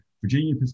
Virginia